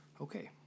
okay